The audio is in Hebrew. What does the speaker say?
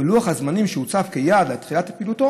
ולוח הזמנים שהוצב כיעד לתחילת הפעילות,